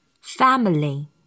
Family